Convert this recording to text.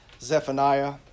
Zephaniah